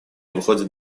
выходит